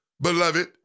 beloved